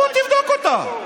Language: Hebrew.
תבוא, תבדוק אותה.